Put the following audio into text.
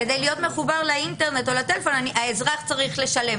כדי להיות מחובר לאינטרנט או לטלפון האזרח צריך לשלם.